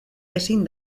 ezin